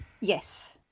yes